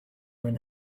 when